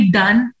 done